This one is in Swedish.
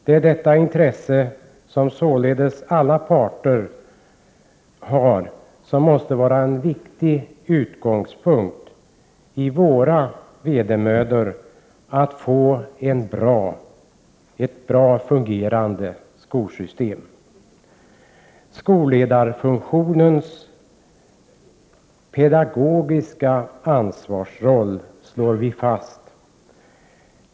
Det är dessa intressen hos alla parter som måste vara en viktig utgångspunkt i våra ansträngningar att få ett väl fungerande skolsystem. Skolledarfunktionens pedagogiska ansvarsroll slår vi fast.